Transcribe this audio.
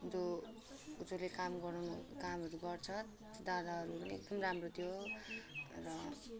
जो जोले काम काम गर्नु कामहरू गर्छ दादाहरूले एकदम राम्रो थियो र